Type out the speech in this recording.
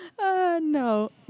No